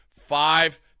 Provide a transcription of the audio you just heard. five